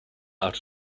out